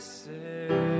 say